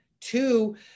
two